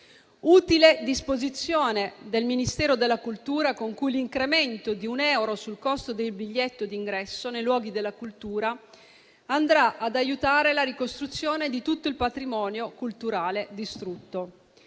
è la disposizione del Ministero della cultura con cui l'incremento di un euro sul costo dei biglietto d'ingresso nei luoghi della cultura andrà ad aiutare la ricostruzione di tutto il patrimonio culturale distrutto.